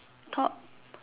thought